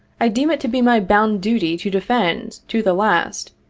i deem it to be my bounden duty to defend, to the last,